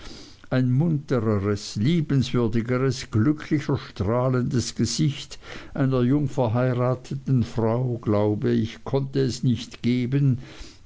ein muntereres liebenswürdigeres glücklicher strahlendes gesicht einer jung verheirateten frau glaube ich konnte es nicht geben